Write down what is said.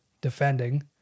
defending